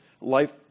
life